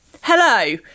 hello